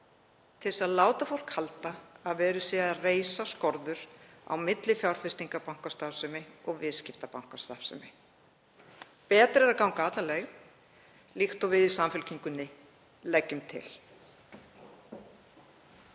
til þess að láta fólk halda að verið sé að reisa skorður á milli fjárfestingarbankastarfsemi og viðskiptabankastarfsemi. Betra er að ganga alla leið líkt og við í Samfylkingunni leggjum til.